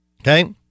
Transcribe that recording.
Okay